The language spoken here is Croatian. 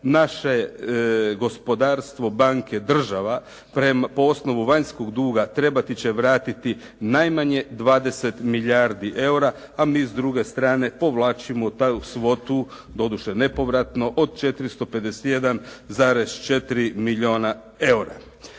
naše gospodarstvo, banke, država po osnovu vanjskog duga trebati će vratiti najmanje 20 milijardi eura, a mi s druge strane povlačimo atu svotu, doduše nepovratno od 451,4 milijuna eura.